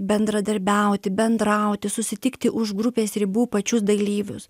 bendradarbiauti bendrauti susitikti už grupės ribų pačius dalyvius